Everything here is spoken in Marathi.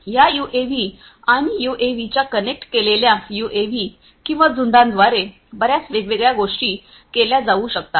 या यूएव्ही आणि या यूएव्हीच्या कनेक्ट केलेल्या यूएव्ही किंवा झुंडांद्वारे बर्याच वेगवेगळ्या गोष्टी केल्या जाऊ शकतात